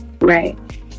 right